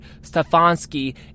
Stefanski